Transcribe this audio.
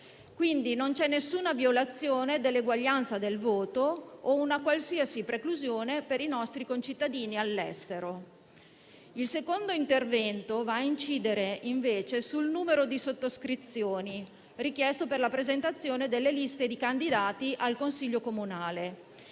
Quindi non c'è nessuna violazione dell'eguaglianza del voto o una qualsiasi preclusione per i nostri concittadini all'estero. Il secondo intervento va ad incidere, invece, sul numero di sottoscrizioni richiesto per la presentazione delle liste di candidati al Consiglio comunale